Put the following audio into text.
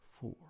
four